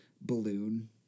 balloon